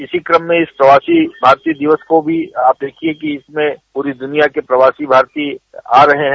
इसी क्रम में प्रवासी भारतीय दिवस को भी आप देखिये कि इसमें पूरी दुनिया के प्रवासी भारतीय आ रहे हैं